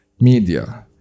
media